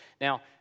Now